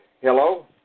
Hello